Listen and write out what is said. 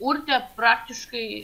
urtė praktiškai